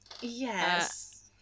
Yes